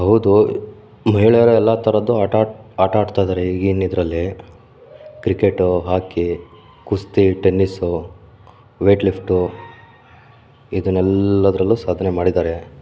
ಹೌದು ಮಹಿಳೆಯರು ಎಲ್ಲಾ ಥರದ್ದು ಆಟಾಡ ಆಟ ಆಡ್ತಿದ್ದಾರೆ ಈಗಿನ ಇದರಲ್ಲಿ ಕ್ರಿಕೆಟು ಹಾಕಿ ಕುಸ್ತಿ ಟೆನ್ನಿಸ್ಸು ವೆಯ್ಟ್ ಲಿಫ್ಟು ಇದರೆಲ್ಲದರಲ್ಲೂ ಸಾಧನೆ ಮಾಡಿದ್ದಾರೆ